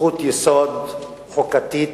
זכות יסוד חוקתית